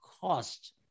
cost